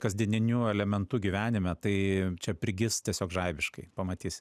kasdieniniu elementu gyvenime tai čia prigis tiesiog žaibiškai pamatysi